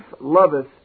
loveth